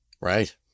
Right